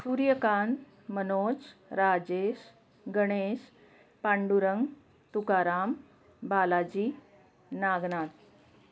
Suryakant Manoj Rajesh Ganesh Pandurang Tukaram Balaji Nagnath